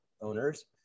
owners